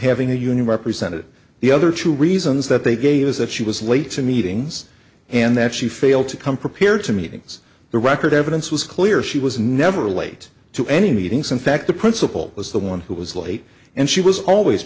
having a union representative the other two reasons that they gave is that she was late to meetings and that she failed to come prepared to meetings the record evidence was clear she was never late to any meetings in fact the principal was the one who was late and she was always